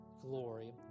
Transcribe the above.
glory